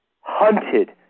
hunted